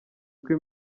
uko